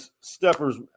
Steppers